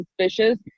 suspicious